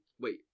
Wait